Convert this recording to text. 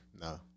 No